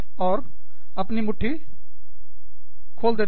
और अपनी मुट्ठी खोल देते हो